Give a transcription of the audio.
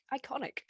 Iconic